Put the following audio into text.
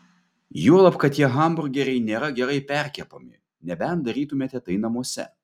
juolab kad tie hamburgeriai nėra gerai perkepami nebent darytumėte tai namuose